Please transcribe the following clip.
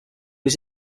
his